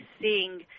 seeing